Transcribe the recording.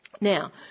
Now